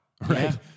right